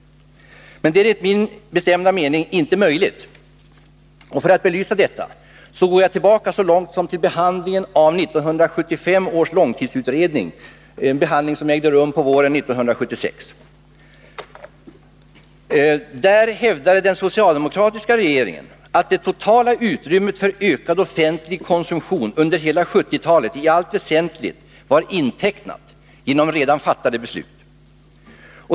Det är emellertid min bestämda övertygelse att detta inte är möjligt. För att belysa detta går jag tillbaka så långt som till behandlingen av 1975 års långtidsutredning våren 1976. Då hävdade den socialdemokratiska regeringen att det totala utrymmet för ökad offentlig konsumtion under hela 1970-talet i allt väsentligt var intecknat genom redan fattade beslut.